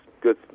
good